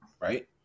Right